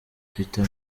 peter